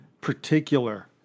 particular